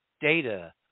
data